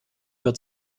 wird